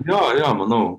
jo jo manau